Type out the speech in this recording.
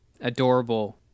adorable